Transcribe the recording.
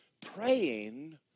praying